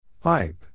Pipe